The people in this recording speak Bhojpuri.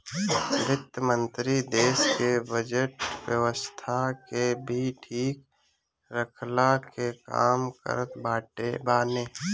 वित्त मंत्री देस के बजट व्यवस्था के भी ठीक रखला के काम करत बाने